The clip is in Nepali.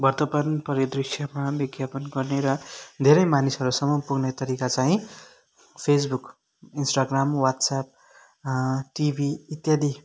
वर्तमान परिदृश्यमा विज्ञापन गर्ने र धेरै मानिसहरूसँग पुग्ने तरिका चाहिँ Facebook Instagram WhatsApp TV इत्यादि